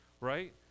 right